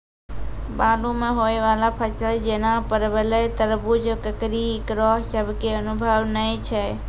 बालू मे होय वाला फसल जैना परबल, तरबूज, ककड़ी ईकरो सब के अनुभव नेय छै?